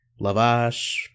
lavash